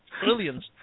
Brilliant